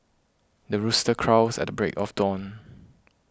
the rooster crows at the break of dawn